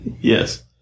Yes